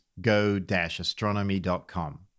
go-astronomy.com